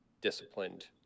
disciplined